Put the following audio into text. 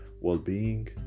well-being